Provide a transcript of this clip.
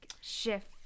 shift